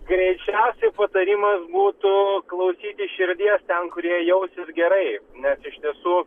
greičiausiai patarimas būtų klausytis širdies ten kur jie jausis gerai nes iš tiesų